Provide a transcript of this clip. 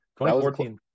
2014